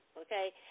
okay